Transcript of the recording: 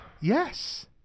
Yes